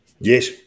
Yes